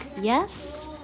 Yes